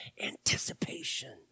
anticipation